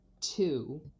Two